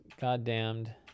goddamned